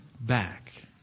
back